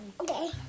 Okay